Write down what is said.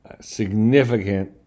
significant